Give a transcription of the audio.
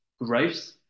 growth